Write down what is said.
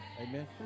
Amen